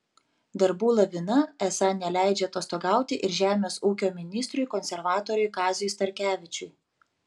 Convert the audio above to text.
darbų lavina esą neleidžia atostogauti ir žemės ūkio ministrui konservatoriui kaziui starkevičiui